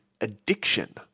addiction